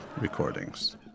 recordings